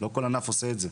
לא כל ענף עושה את זה.